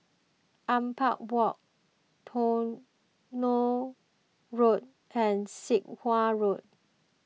Ampang Walk Tronoh Road and Sit Wah Road